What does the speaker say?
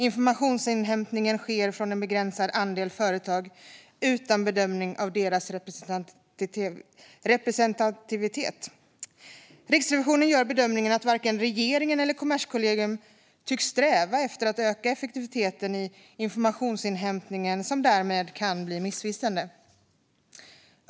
Informationsinhämtningen sker från en begränsad andel företag utan bedömning av deras representativitet. Riksrevisionen gör bedömningen att varken regeringen eller Kommerskollegium tycks sträva efter att öka effektiviteten i informationsinhämtningen som därmed kan bli missvisande.